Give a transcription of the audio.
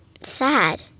Sad